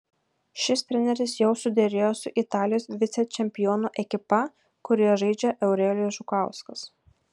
šis treneris jau suderėjo su italijos vicečempionų ekipa kurioje žaidžia eurelijus žukauskas